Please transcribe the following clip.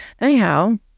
Anyhow